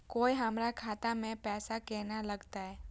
कोय हमरा खाता में पैसा केना लगते?